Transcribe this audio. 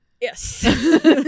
Yes